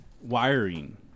wiring